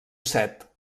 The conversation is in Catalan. set